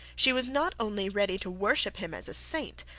she was not only ready to worship him as a saint,